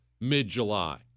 mid-July